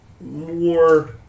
more